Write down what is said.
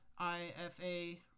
IFA